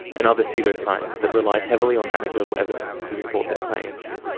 another pseudoscience that relies heavily on anecdotal evidence to support their claims.